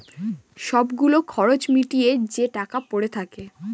সব গুলো খরচ মিটিয়ে যে টাকা পরে থাকে